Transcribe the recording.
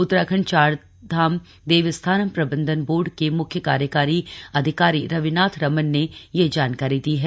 उत्तराखंड चारधाम देवस्थानम् प्रबंधन बोर्ड के म्ख्य कार्यकारी अधिकारी रविनाथ रमन ने यह जानकारी दी है